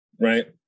right